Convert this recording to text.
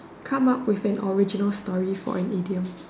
come up with an original story for an idiom